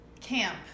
Camp